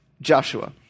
Joshua